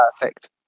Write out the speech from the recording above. perfect